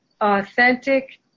authentic